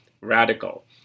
radical